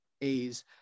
A's